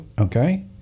okay